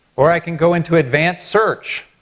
or i can go into advanced search.